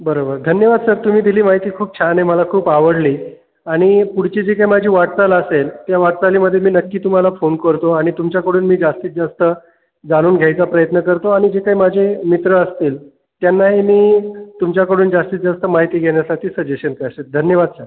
बरोबर धन्यवाद सर तुम्ही दिली माहिती खूप छान आहे मला खूप आवडली आणि पुढची जी काही माझी वाटचाल असेल या वाटचालीमध्ये मी नक्की तुम्हाला फोन करतो आणि तुमच्याकडून मी जास्तीत जास्त जाणून घ्यायचा प्रयत्न करतो आणि जिथे माझे मित्र असतील त्यांनाही मी तुमच्याकडून जास्तीत जास्त माहिती घेण्यासाठी सजेशन करसेस धन्यवाद सर